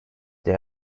they